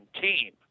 team